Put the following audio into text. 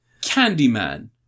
Candyman